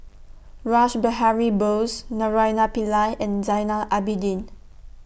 Rash Behari Bose Naraina Pillai and Zainal Abidin